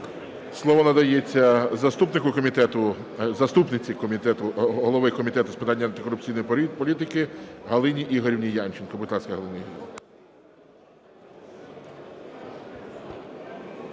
Слово надається заступниці голови Комітету з питань антикорупційної політики Галині Ігорівні Янченко.